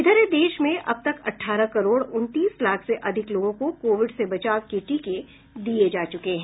इधर देश में अब तक अठारह करोड़ उनतीस लाख से अधिक लोगों को कोविड से बचाव के टीके दिये जा चुके हैं